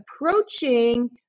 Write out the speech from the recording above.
approaching